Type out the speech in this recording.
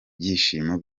byishimo